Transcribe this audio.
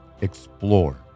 explore